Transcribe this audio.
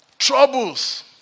Troubles